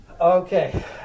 Okay